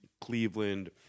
Cleveland